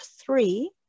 three